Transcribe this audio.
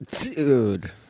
Dude